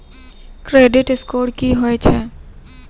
Credit score की होय छै?